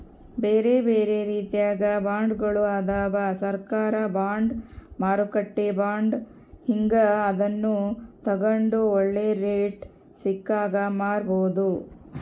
ಬೇರೆಬೇರೆ ರೀತಿಗ ಬಾಂಡ್ಗಳು ಅದವ, ಸರ್ಕಾರ ಬಾಂಡ್, ಮಾರುಕಟ್ಟೆ ಬಾಂಡ್ ಹೀಂಗ, ಅದನ್ನು ತಗಂಡು ಒಳ್ಳೆ ರೇಟು ಸಿಕ್ಕಾಗ ಮಾರಬೋದು